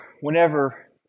whenever